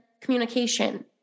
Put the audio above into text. communication